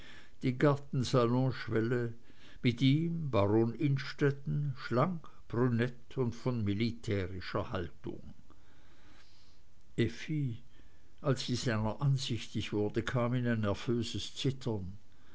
die gartensalonschwelle mit ihm baron innstetten schlank brünett und von militärischer haltung effi als sie seiner ansichtig wurde kam in ein nervöses zittern